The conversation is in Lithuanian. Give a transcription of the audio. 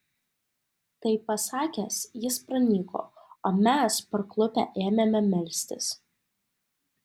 tai pasakęs jis pranyko o mes parklupę ėmėme melstis